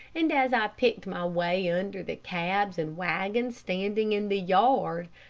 and as i picked my way under the cabs and wagons standing in the yard,